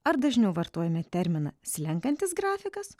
ar dažniau vartojame terminą slenkantis grafikas